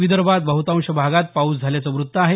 विदर्भात बहुतांश भागात पाऊस झाल्याचं वृत्त आहे